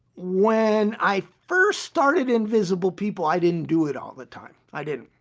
when i first started invisible people, i didn't do it all the time, i didn't.